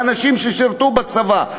של האנשים ששירתו בצבא?